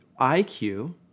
IQ